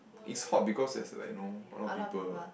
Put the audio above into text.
it's hot because there's uh like know a lot of people